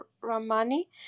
Ramani